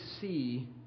see